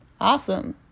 awesome